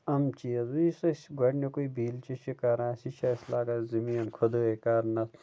یِم چیٖز یُس أسۍ گۄڈٕنیُکُے بِیٖلچہِ چھِ کران سُہ چھُ اَسہِ لَگان زٔمیٖن خُدٲے کرنَس